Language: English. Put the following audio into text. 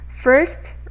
First